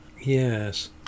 Yes